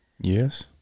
Yes